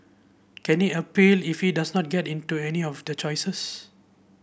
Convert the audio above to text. can he appeal if he does not get into any of the choices